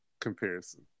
comparison